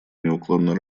неуклонно